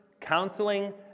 counseling